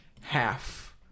half